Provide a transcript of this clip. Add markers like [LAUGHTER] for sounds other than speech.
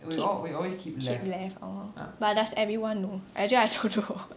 keep keep left orh but does everyone know actually I don't know [LAUGHS]